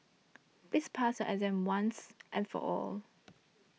please pass your exam once and for all